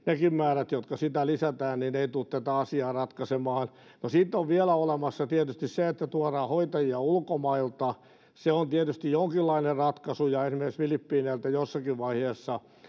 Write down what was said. nekään määrät jotka nyt lisätään eivät tule tätä asiaa ratkaisemaan no sitten on vielä olemassa tietysti se että tuodaan hoitajia ulkomailta se on tietysti jonkinlainen ratkaisu ja esimerkiksi filippiineiltä heitä jossakin vaiheessa